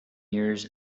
years